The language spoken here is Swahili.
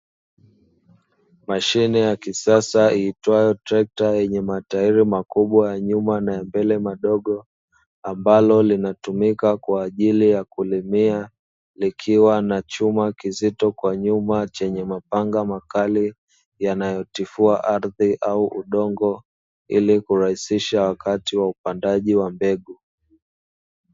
Mashine ya kisasa iitwayo trekta yenye matairi makubwa ya nyuma na ya mbele madogo, ambalo linatumika kwa ajili ya kulimia, likiwa na chuma kizito kwa nyuma chenye mapanga makali, yanayotifua ardhi au udongo ili kurahishisha wakati wa upandaji wa mbegu.